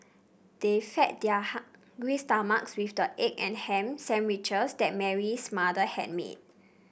they fed their hungry stomachs with the egg and ham sandwiches that Mary's mother had made